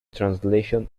translation